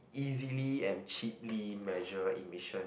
easily and cheaply measure emission